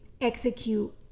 execute